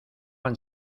han